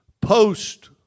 post-